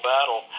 Battle